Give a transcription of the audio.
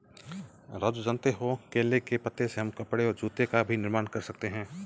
राजू जानते हो केले के पत्ते से हम कपड़े और जूते का भी निर्माण कर सकते हैं